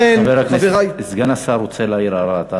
חבר הכנסת, סגן השר רוצה להעיר הערה.